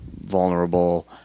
vulnerable